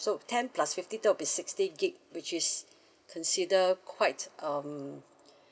so ten plus fifty that will be sixty gigabytes which is consider quite um